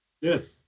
Yes